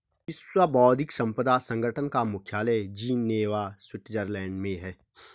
विश्व बौद्धिक संपदा संगठन का मुख्यालय जिनेवा स्विट्जरलैंड में है